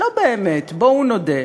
לא באמת, בואו נודה.